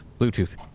Bluetooth